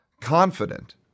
confident